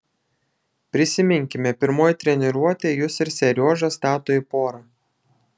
prisiminkime pirmoji treniruotė jus ir seriožą stato į porą